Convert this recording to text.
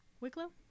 Wicklow